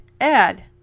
Add